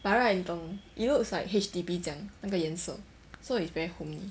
by right 你懂 it looks like H_D_B 这样那个颜色 so it's very homely